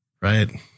Right